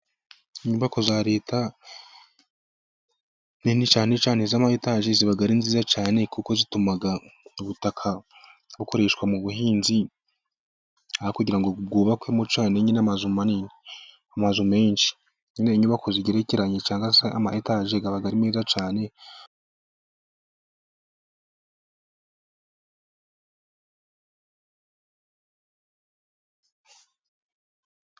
Inyubako za leta nini cyane cyane iz'ama etaje ziba ari nziza cyane kuko zituma ubutaka bukoreshwa mu buhinzi aho kugira ngo bwubakwemo cyane n'amazu manini amazu menshi inyubako zige ikiranye cyangwa amataje aba ari meza cyane .